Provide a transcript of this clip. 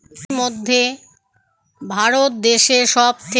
সারা পৃথিবীর মধ্যে ভারত দেশে সব থেকে বেশি ধান চাষ হয়